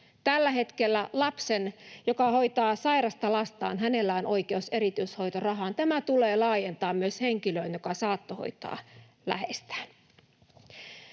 Tällä hetkellä lapsen huoltajalla, joka hoitaa sairasta lastaan, on oikeus erityishoitorahaan. Tämä tulee laajentaa myös henkilöön, joka saattohoitaa läheistään.